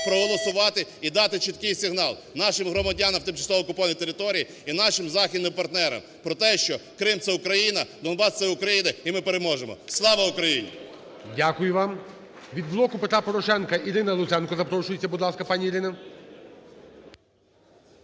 проголосувати і дати чіткий сигнал нашим громадянам на тимчасово окупованій території і нашим західним партнерам про те, що Крим – це Україна. Донбас – це Україна. І ми переможемо. Слава Україні! ГОЛОВУЮЧИЙ. Дякую вам. Від "Блоку Петра Порошенка", Ірина Луценка запрошується. Будь ласка, пані Ірино.